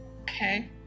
Okay